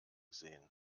sehen